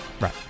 Right